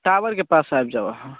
टावरके पास आबि जाउ अहाँ